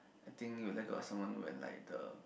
I think you let go of someone when like the